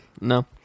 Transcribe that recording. no